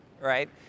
right